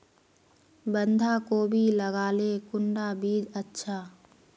बंधाकोबी लगाले कुंडा बीज अच्छा?